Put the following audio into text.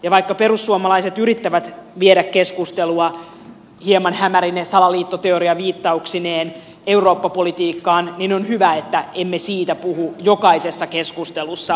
ja vaikka perussuomalaiset yrittävät viedä keskustelua hieman hämärine salaliittoteoriaviittauksineen eurooppa politiikkaan niin on hyvä että emme siitä puhu jokaisessa keskustelussa tässä salissa